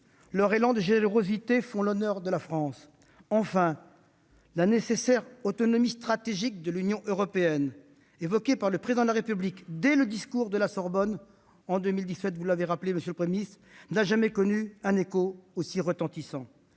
leur élan de générosité fait l'honneur de la France. Enfin, la nécessaire autonomie stratégique de l'Union européenne, évoquée par le Président de la République dès le discours de la Sorbonne en 2017- vous l'avez rappelé, monsieur le Premier ministre -, n'a jamais connu un écho aussi retentissant.